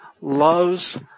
loves